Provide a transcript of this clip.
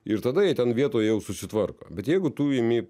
ir tada jie ten vietoj jau susitvarko bet jeigu tu imi